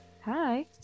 Hi